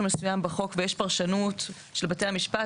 מסוים בחוק ויש פרשנות של בתי המשפט,